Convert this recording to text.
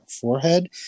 forehead